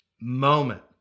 moment